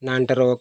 ᱱᱟᱱᱴᱚᱨᱚᱯ